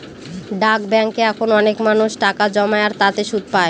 ডাক ব্যাঙ্কে এখন অনেক মানুষ টাকা জমায় আর তাতে সুদ পাই